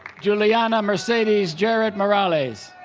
juliana mercedes jarrett-morales